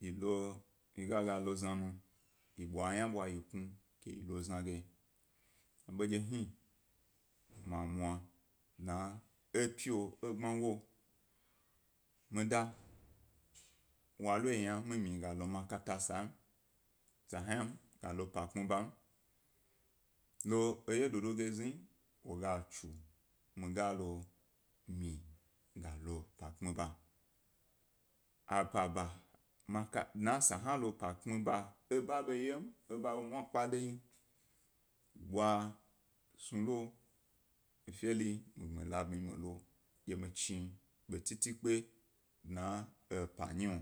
yi ga, ga lo znanu yi bwa yna ḃwa yi knu ke yi lo zna ge, aḃo dye hi pmi mwa dna epyi wo egbmago mi da wa lo yi yna i myi ga lo makanda sa hna, ga lopa kpmi bam, lo eye dodo ge zna wo ga tsu, mi galo mi ga lo pa kpmi ba, ababa maka, dna sa hna lo pa kpmi ba eba ḃa yom, eba a ḃe mwakpe deyi, yi ḃwa snu lo, efe ri mi ḃwa gbmi lobmyi mi lo dye mi chi ḃe titikpe dna epa nyi wo.